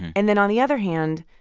and then on the other hand,